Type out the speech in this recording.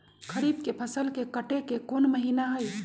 खरीफ के फसल के कटे के कोंन महिना हई?